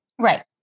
right